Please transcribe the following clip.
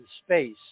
Space